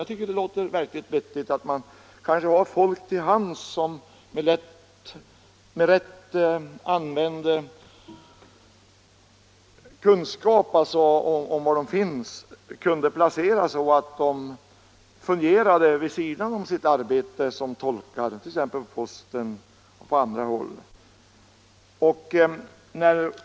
Jag tycker att det låter vettigt att man — med rätt använd kunskap om var de finns —- kan ha människor till hands som kunde placeras så, att de vid sidan om sitt arbete fungerade som tolkar på posten och på andra håll.